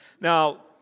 Now